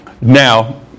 Now